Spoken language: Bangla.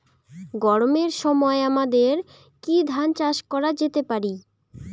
গরমের সময় আমাদের কি ধান চাষ করা যেতে পারি?